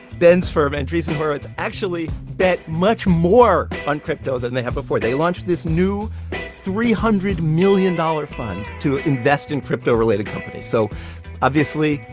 ben's firm, andreessen horowitz, actually bet much more on crypto than they have before. they launched this new three hundred million dollars fund to invest in crypto-related companies. so obviously,